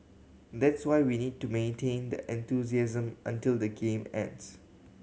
that's why we need to maintain that enthusiasm until the game ends